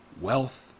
wealth